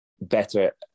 better